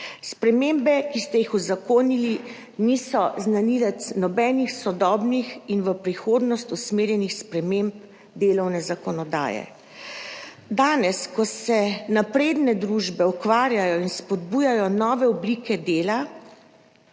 Spremembe, ki ste jih uzakonili, niso znanilec nobenih sodobnih in v prihodnost usmerjenih sprememb delovne zakonodaje. Danes, ko se napredne družbe ukvarjajo s tem in spodbujajo nove oblike dela,